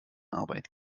arbeit